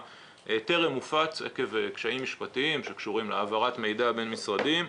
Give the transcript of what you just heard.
טרם הופץ עקב קשיים משפטיים שקשורים להעברת מידע בין משרדים.